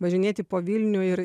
važinėti po vilnių ir